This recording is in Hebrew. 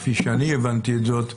כפי שאני הבנתי את זאת,